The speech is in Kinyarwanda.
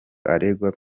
aregwa